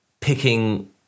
picking